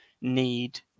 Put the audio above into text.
need